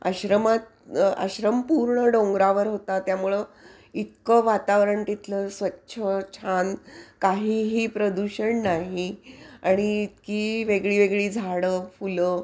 आश्रमात आश्रम पूर्ण डोंगरावर होता त्यामुळं इतकं वातावरण तिथलं स्वच्छ छान काहीही प्रदूषण नाही आणि इतकी वेगळी वेगळी झाडं फुलं